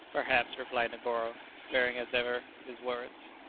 perhaps, replied negoro, sparing as ever of his words.